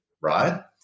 right